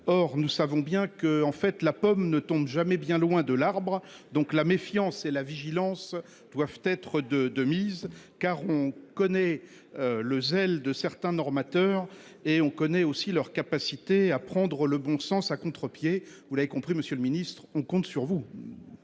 or nous savons bien que en fait la pomme ne tombe jamais bien loin de l'arbre. Donc la méfiance et la vigilance doivent être de de mise car on connaît le zèle de certains Nord mateurs. Et on connaît aussi leur capacité à prendre le bon sens à contre-pied vous l'avez compris, Monsieur le Ministre, on compte sur vous.